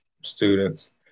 students